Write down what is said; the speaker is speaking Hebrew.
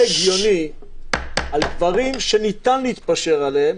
הגיוני לעצור את הכול על דברים שניתן להתפשר עליהם.